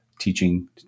teaching